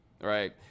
right